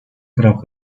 trabajó